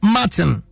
Martin